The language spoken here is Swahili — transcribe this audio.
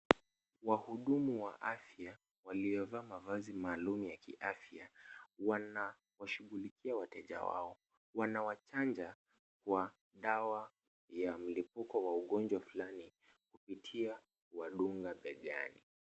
Wahudumu wa afya, waliovaa mavazi maalum ya kiafya, wanawashughulikia wateja wao, wanawachanja kwa dawa ya mlipuko wa ugonjwa fulani kupitia kuwadunga begani.